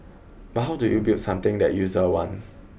but how do you build something that user want